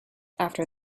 after